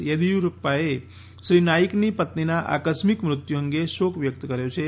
યેદીયુરપ્પાએ શ્રી નાઇકની પત્નીના આકસ્મિક મૃત્યુ અંગે શોક વ્યક્ત કર્યો છે